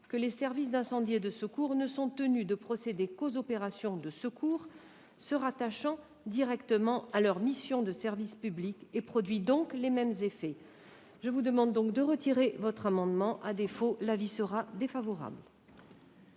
que les services d'incendie et de secours ne sont tenus de procéder qu'aux opérations de secours se rattachant directement à leurs missions de service public. Il produit donc les mêmes effets. La commission demande le retrait de ces amendements ; à défaut, elle émettra un avis défavorable.